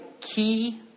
Key